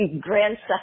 grandson